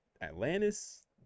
Atlantis